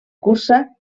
cursa